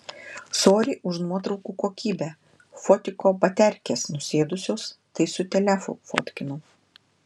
sory už nuotraukų kokybę fotiko baterkės nusėdusios tai su telefu fotkinau